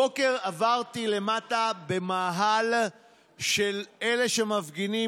הבוקר עברתי למטה במאהל של אלה שמפגינים